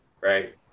right